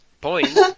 point